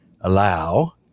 allow